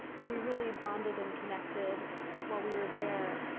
and we really bonded and connected while we were there.